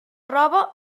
roba